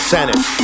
Senate